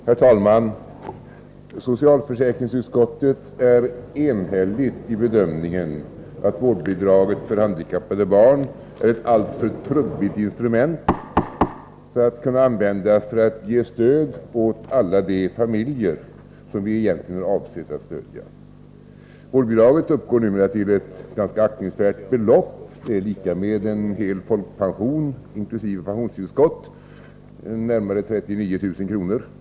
Herr talman! Socialförsäkringsutskottet är enhälligt i bedömningen att vårdbidraget för handikappade barn är ett alltför trubbigt instrument för att kunna ge stöd åt alla de familjer som bidraget egentligen är avsett att stödja. Vårdbidraget uppgår numera till ett ganska aktningsvärt belopp. Det är lika med en hel folkpension inkl. pensionstillskott, nämligen närmare 39 000 kr.